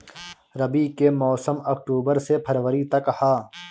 रबी के मौसम अक्टूबर से फ़रवरी तक ह